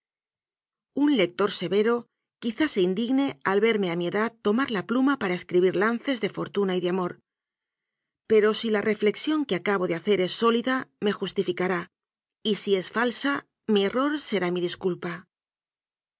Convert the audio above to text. un lector severo quizá se indigne al verme a mi edad tomar la pluma para escribir lances de for tuna y de amor pero si la reflexión que acabo de hacer es sólida me justificará y si es falsa mi error será mi disculpa